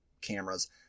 cameras